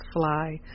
fly